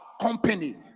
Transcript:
company